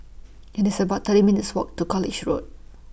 IT IS about thirty minutes' Walk to College Road